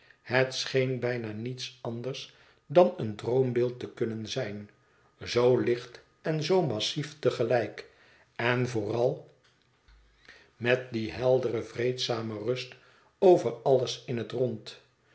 het scheen bijna niets anders dan een droombeeld te kunnen zijn zoo licht en zoo massief te gelijk en vooral met die heldere vreedzame rust over alles in het rond